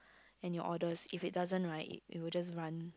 and your orders if it doesn't right it will just run